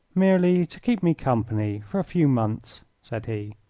merely to keep me company for a few months, said he.